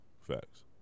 facts